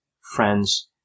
friends